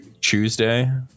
tuesday